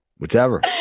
whichever